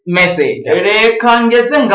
message